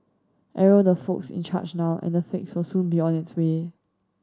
arrow the folks in charge now and a fix will soon be on its way